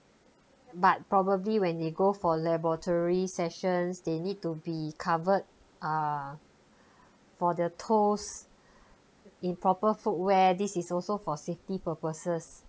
but probably when they go for laboratory sessions they need to be covered uh for the toes in proper footwear this is also for safety purposes